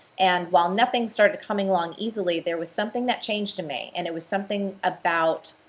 and while nothing started coming along easily, there was something that changed in me and it was something about.